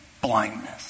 blindness